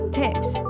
tips